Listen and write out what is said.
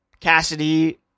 Cassidy